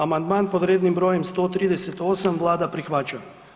Amandman pod rednim br. 138 vlada prihvaća.